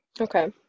Okay